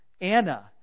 Anna